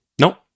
Nope